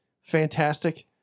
Fantastic